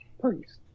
Please